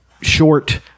short